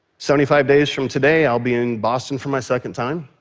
seventy-five days from today, i'll be in boston for my second time.